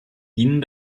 dienen